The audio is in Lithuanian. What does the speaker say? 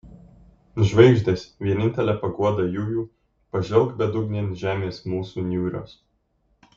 žvaigždės vienintele paguoda jųjų pažvelk bedugnėn žemės mūsų niūrios